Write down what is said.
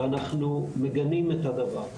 ואנחנו מגנים את הדבר הזה.